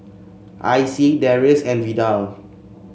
Icey Darius and Vidal